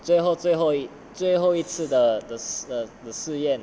最后最后最后一次的的的的试验